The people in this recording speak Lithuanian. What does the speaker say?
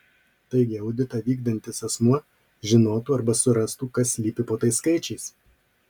taigi auditą vykdantis asmuo žinotų arba surastų kas slypi po tais skaičiais